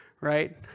right